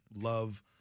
love